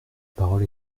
parole